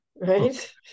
Right